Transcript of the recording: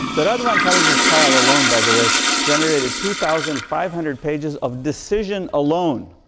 the radovan karadzic trial alone by the way generated two thousand five hundred pages of decision alone.